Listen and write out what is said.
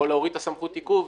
או להוריד סמכות תיקוף,